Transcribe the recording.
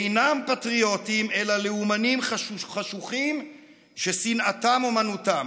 אינם פטריוטים אלא לאומנים חשוכים ששנאתם אומנותם.